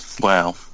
Wow